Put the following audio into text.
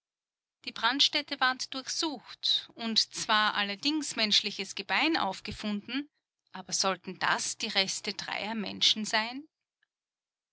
die brandstätte ward durchsucht und zwar allerdings menschliches gebein aufgefunden aber sollten das die reste dreier menschen sein